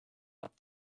but